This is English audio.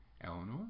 Eleanor